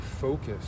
focus